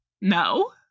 no